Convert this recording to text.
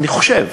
אני חושב,